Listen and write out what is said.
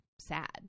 sad